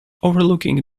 overlooking